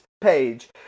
page